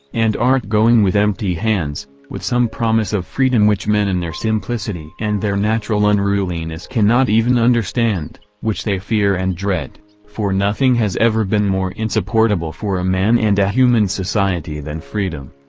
and art going with empty hands, with some promise of freedom which men in their simplicity and their natural unruliness cannot even understand, which they fear and dread for nothing has ever been more insupportable for a man and a human society than freedom.